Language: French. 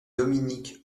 dominique